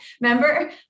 Remember